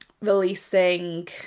releasing